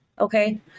Okay